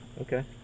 Okay